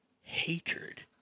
hatred